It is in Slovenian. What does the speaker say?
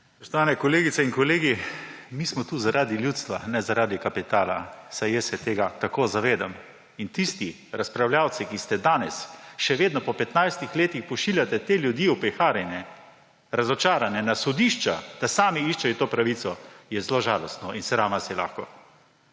Spoštovane kolegice in kolegi, mi smo tu zaradi ljudstva, ne zaradi kapitala, vsaj jaz se tega tako zavedam. In tisti razpravljavci, ki danes po petnajstih letih še vedno pošiljate te ljudi, opeharjene, razočarane na sodišča, da sami iščejo to pravico, je zelo žalostno in sram vas je lahko.